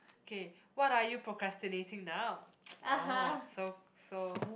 K what are you procrastinating now ah so so